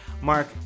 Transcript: Mark